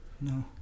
no